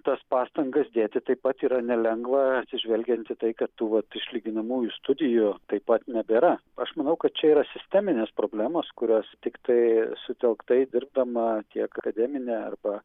tas pastangas dėti taip pat yra nelengva atsižvelgiant į tai kad tų vat išlyginamųjų studijų taip pat nebėra aš manau kad čia yra sisteminės problemos kurias tiktai sutelktai dirbdama tiek akademinė arba